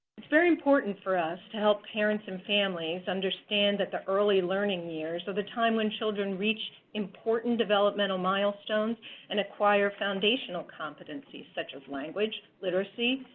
it's very important for us to help parents and families understand that the early learning years are the time when children reach important developmental developmental milestones and acquire foundational competencies such as language literacy,